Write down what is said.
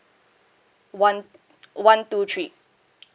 one one two three